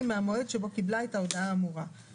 מהמועד שבו קיבלה את ההודעה האמורה.